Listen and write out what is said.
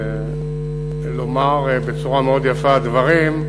לומר בצורה מאוד יפה דברים,